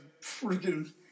freaking